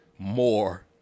More